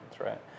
right